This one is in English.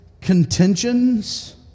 Contentions